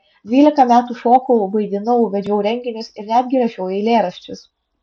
dvylika metų šokau vaidinau vedžiau renginius ir netgi rašiau eilėraščius